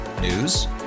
News